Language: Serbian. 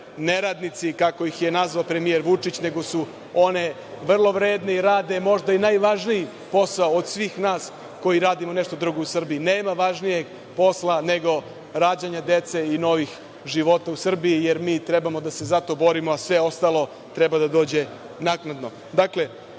neradnici, kako ih je nazvao premijer Vučić, nego su one vrlo vredne i rade možda i najvažniji posao od svih nas koji radimo nešto drugo u Srbiji? Nema važnijeg posla nego rađanja dece i novih života u Srbiji, jer mi treba za to da se borimo, pa sve ostalo treba da dođe naknadno. Dakle,